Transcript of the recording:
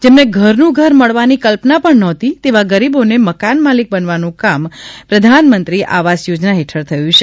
જેમને ઘર નું ઘર મળવાની કલ્પના પણ નહોતી તેવા ગરીબો ને મકાન માલિક બનાવવાનું કામ પ્રધાનમંત્રી આવાસ યોજના હેઠળ થયું છે